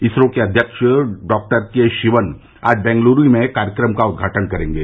इसरो के अध्यक्ष डॉ के शिवन आज बेंगलुरु में कार्यक्रम का उद्घाटन करेंगे